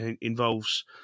involves